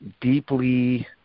deeply